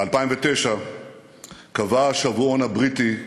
ב-2009 קבע השבועון הבריטי "אקונומיסט":